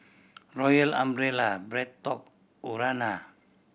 Royal Umbrella BreadTalk Urana